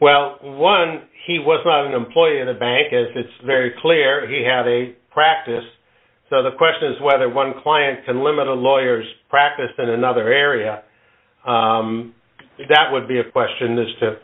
well one he was not an employer in a bank as it's very clear he had a practice so the question is whether one client can limit the lawyers practice in another area that would be a question that's to